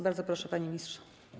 Bardzo proszę, panie ministrze.